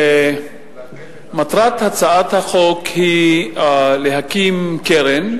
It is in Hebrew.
מטרת הצעת החוק היא להקים קרן,